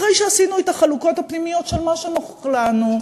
אחרי שעשינו את החלוקות הפנימיות של מה שנוח לנו,